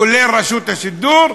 כולל רשות השידור,